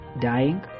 dying